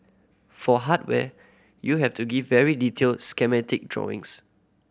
for hardware you have to give very detailed schematic drawings